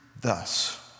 thus